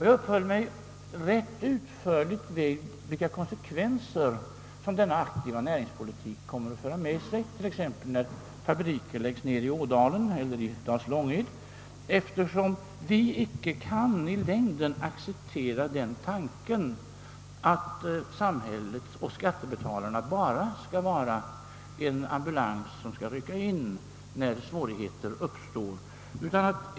Jag uppehöll mig rätt utförligt vid de konsekvenser som denna aktiva näringspolitik kommer att föra med sig exempelvis när man lägger ned industrier i Ådalen eller i Dals Långed. Vi kan nämligen inte i längden acceptera tanken, att samhället och skattebetalarna skall vara en ambulans som rycker ut när svårigheter uppstår.